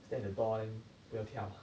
stand at the door and 不要跳啊